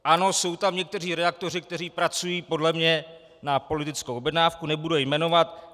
Ano, jsou tam někteří redaktoři, kteří pracují podle mě na politickou objednávku, nebudu je jmenovat.